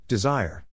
Desire